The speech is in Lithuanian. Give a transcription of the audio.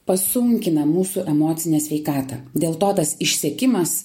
pasunkina mūsų emocinę sveikatą dėl to tas išsekimas